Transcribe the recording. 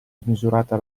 smisurata